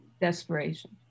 desperation